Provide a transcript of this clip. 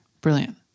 Brilliant